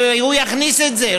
והוא יכניס את זה,